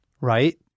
right